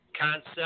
concept